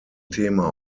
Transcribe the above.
thema